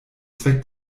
zweck